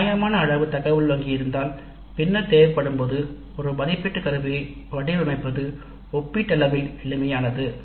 நியாயமான அளவு உருப்படி வங்கி இருந்தால் பின்னர் தேவைப்படும்போது ஒரு மதிப்பீட்டு கருவியை வடிவமைப்பது ஒப்பீட்டளவில் எளிமையானது